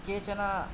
केचन